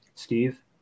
Steve